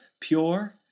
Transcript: pure